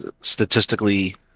statistically